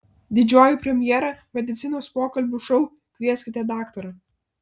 didžioji premjera medicinos pokalbių šou kvieskite daktarą